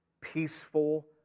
peaceful